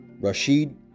Rashid